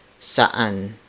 Saan